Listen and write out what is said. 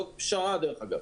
דרך אגב,